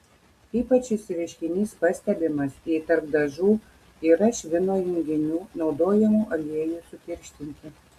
ypač šis reiškinys pastebimas jei tarp dažų yra švino junginių naudojamų aliejui sutirštinti